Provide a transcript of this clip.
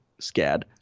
Scad